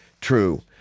true